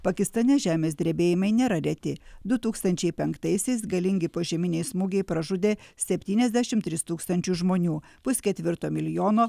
pakistane žemės drebėjimai nėra reti du tūkstančiai penktaisiais galingi požeminiai smūgiai pražudė septyniasdešim tris tūkstančius žmonių pusketvirto milijono